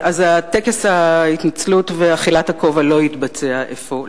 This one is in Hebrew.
אז טקס ההתנצלות ואכילת הכובע לא יתבצע אפוא,